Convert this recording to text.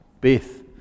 Beth